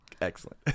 excellent